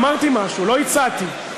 אמרתי משהו, לא הצעתי.